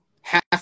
half